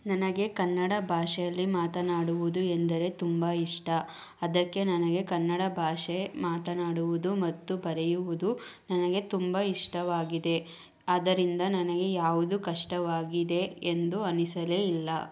ನನಗೆ ಕನ್ನಡ ಭಾಷೆಯಲ್ಲಿ ಮಾತನಾಡುವುದು ಎಂದರೆ ತುಂಬ ಇಷ್ಟ ಅದಕ್ಕೆ ನನಗೆ ಕನ್ನಡ ಭಾಷೆ ಮಾತನಾಡುವುದು ಮತ್ತು ಬರೆಯುವುದು ನನಗೆ ತುಂಬ ಇಷ್ಟವಾಗಿದೆ ಆದ್ದರಿಂದ ನನಗೆ ಯಾವುದೂ ಕಷ್ಟವಾಗಿದೆ ಎಂದು ಅನಿಸಲೇ ಇಲ್ಲ